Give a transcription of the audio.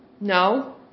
No